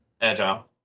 Agile